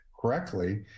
correctly